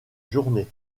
journée